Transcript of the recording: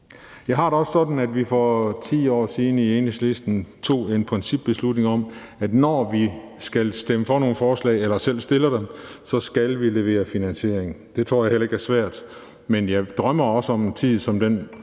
Jeg har det også sådan, at vi for 10 år siden i Enhedslisten tog en principbeslutning om, at når vi skal stemme for nogle forslag eller selv fremsætter dem, så skal vi levere finansiering. Det tror jeg heller ikke er svært, men jeg drømmer også om en tid som den,